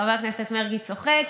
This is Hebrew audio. חבר הכנסת מרגי צוחק.